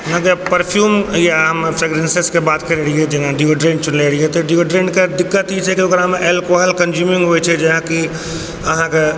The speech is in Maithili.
अहाँजे परफ्यूम या फ्रेग्नेन्सेज के बात केने रहियै जेना डियोड्रेन्ड चुनने रहियै तऽ डियोड्रेन्ड के दिक्कत ई छै कि ओकरा मे एल्कोहल कन्ज्यूमिंग होइ छै जेनाकि अहाँके